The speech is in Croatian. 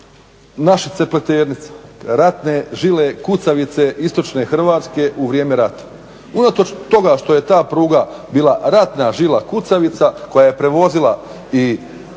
Našice-Pleternica, ratne žile kucavice istočne Hrvatske u vrijeme rata. Unatoč toga što je ta pruga bila ratna žila kucavica koja je prevozila i